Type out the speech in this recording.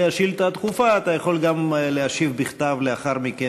השאילתה הדחופה אתה יכול גם להשיב בכתב לאחר מכן.